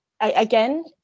again